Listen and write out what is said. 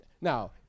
now